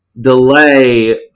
delay